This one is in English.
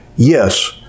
yes